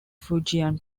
fujian